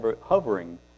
hovering